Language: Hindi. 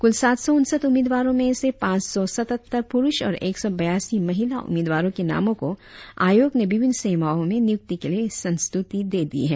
कुल सात सौ उनसठ उम्मीदवारों में से पाच सौ सत्ततर पुरुष और एक सौ बयासी महिला उम्मीदवारो के नामो को आयोग ने विभिन्न सेवाओ में नियुक्ति के लिए संस्तुति दे दी है